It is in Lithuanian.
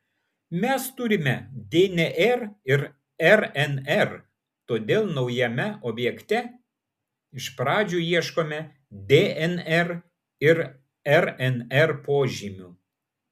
mes turime dnr ir rnr todėl naujame objekte iš pradžių ieškome dnr ir rnr požymių